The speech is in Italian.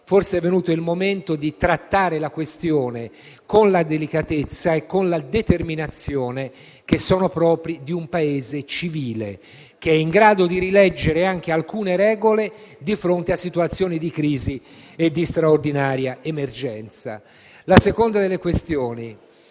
Forse è venuto il momento di trattare la questione con la delicatezza e la determinazione proprie di un Paese civile, che è in grado di rileggere anche alcune regole di fronte a situazioni di crisi e di straordinaria emergenza. La seconda delle questioni: